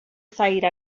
sair